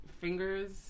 fingers